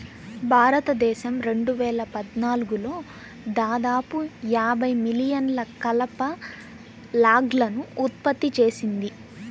భారతదేశం రెండు వేల పద్నాలుగులో దాదాపు యాభై మిలియన్ల కలప లాగ్లను ఉత్పత్తి చేసింది